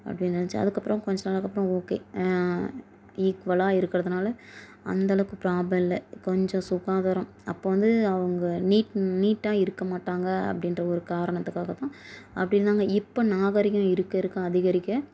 அப்படினு இருந்துச்சு அதற்கப்பறம் கொஞ்ச நாளுக்கு அப்புறம் ஓகே ஈக்குவலாக இருக்கிறதுனால அந்த அளவுக்கு ப்ராப்ளம் இல்லை கொஞ்சம் சுகாதாரம் அப்போ வந்து அவங்க நீட் நீட்டாக இருக்க மாட்டாங்க அப்படின்ற ஒரு காரணத்துக்காக தான் அப்படி இருந்தாங்க இப்போ நாகரிகம் இருக்க இருக்க அதிகரிக்க